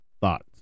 thoughts